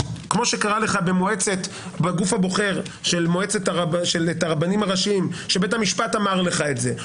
כמו שקרה לך בגוף הבוחר של הרבנים הראשיים שבית המשפט אמר לך את זה,